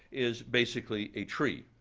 is basically a tree.